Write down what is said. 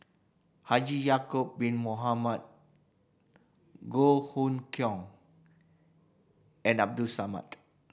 Haji Ya'acob Bin Mohamed Goh Hood Keng and Abdul Samad